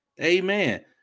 Amen